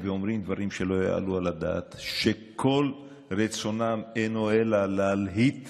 שבתוך כל המצב הקשה הזה מצליחים לרקום מערך יחסים יוצא דופן.